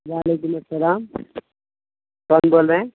وعلیکم السّلام کون بول رہے ہیں